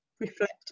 reflect